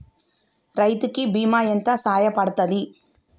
రైతు కి బీమా ఎంత సాయపడ్తది?